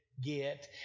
get